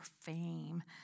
fame